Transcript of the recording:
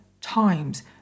times